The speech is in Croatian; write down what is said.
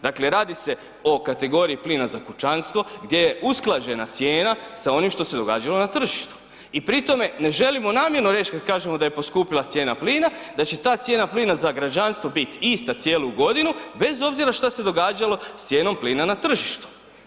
Dakle radi se o kategoriji plina za kućanstvo gdje je usklađena cijena sa onim što se događalo na tržištu i pri tome ne želimo namjerno reći kad kažemo da je poskupila cijena plina, da će ta cijena plina za građanstvo biti ista cijelu godinu bez obzira šta se događalo s cijenom plina na tržištu.